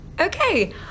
Okay